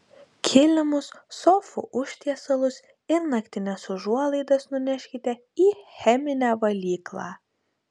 kilimus sofų užtiesalus ir naktines užuolaidas nuneškite į cheminę valyklą